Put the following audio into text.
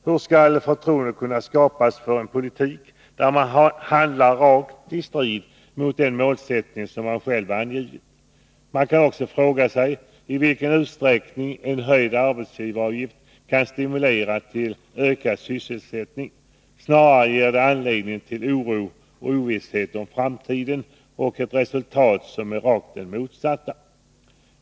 Hur skall förtroende kunna skapas för en politik där man handlar direkt istrid mot den målsättning som man själv har angivit? Man kan också fråga sig i vilken utsträckning en höjd arbetsgivaravgift kan stimulera till ökad sysselsättning. Snarare ger detta anledning till oro och ovisshet om framtiden — ett resultat som kan bli det rakt motsatta.